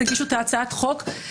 הגשנו את הצעת חוק,